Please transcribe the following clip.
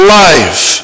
life